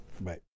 Bye